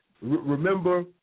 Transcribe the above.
remember